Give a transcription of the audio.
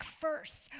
first